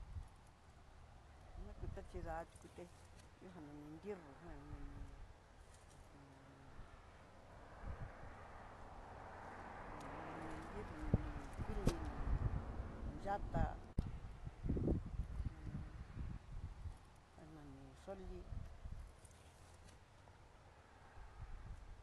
Nakutaxí da'a tiuté ihojan nani nridó ján, nani hu ju hu nani ninró nani kuli nani yatá, ajan nani solí.